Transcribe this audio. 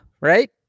right